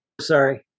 sorry